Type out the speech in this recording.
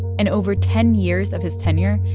and over ten years of his tenure,